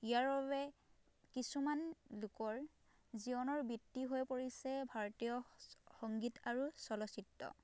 ইয়াৰ বাবে কিছুমান লোকৰ জীৱনৰ বৃত্তি হৈ পৰিছে ভাৰতীয় সংগীত আৰু চলচিত্ৰ